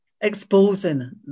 exposing